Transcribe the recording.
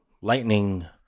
lightning